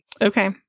Okay